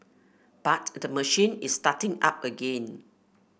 but the machine is starting up again